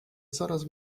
coraz